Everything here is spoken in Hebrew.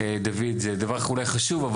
דוד, דבר אולי חשוב.